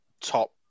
top